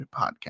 Podcast